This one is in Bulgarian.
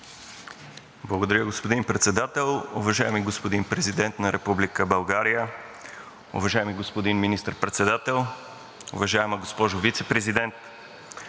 Благодаря, господин Председател. Уважаеми господин Президент на Република България, уважаеми господин Министър-председател, уважаема госпожо Вицепрезидент,